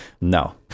no